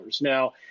Now